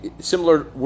similar